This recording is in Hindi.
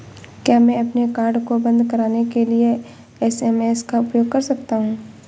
क्या मैं अपने कार्ड को बंद कराने के लिए एस.एम.एस का उपयोग कर सकता हूँ?